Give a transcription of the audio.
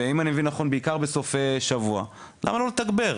ואם אני מבין נכון בעיקר בסוף שבוע, למה לא לתגבר?